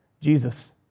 Jesus